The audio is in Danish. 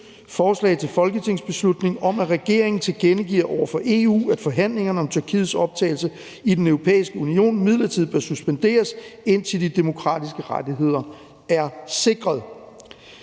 forslag til folketingsbeslutning om, at regeringen tilkendegiver over for EU, at forhandlingerne om Tyrkiets optagelse i Den Europæiske Union midlertidigt bør suspenderes, indtil de demokratiske rettigheder er sikret.